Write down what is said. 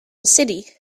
city